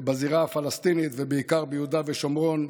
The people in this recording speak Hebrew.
בזירה הפלסטינית, ובעיקר ביהודה ושומרון.